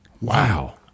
Wow